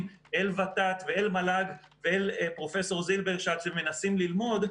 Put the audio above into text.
אל ות"ת ואל מל"ג ואל פרופ' זילברשץ ומנסים ללמוד,